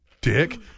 Dick